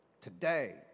Today